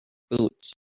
boots